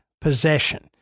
possession